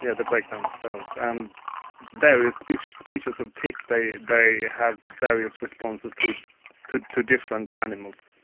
yeah the breakdown of cells. and various species species of tick, they they have various responses to to to different animals.